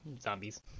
zombies